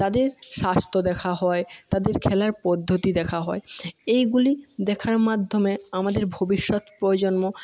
তাদের স্বাস্থ্য দেখা হয় তাদের খেলার পদ্ধতি দেখা হয় এইগুলি দেখার মাধ্যমে আমাদের ভবিষ্যৎ প্রজন্ম